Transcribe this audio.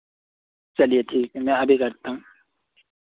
चलिए ठीक है मैं अभी करता हूँ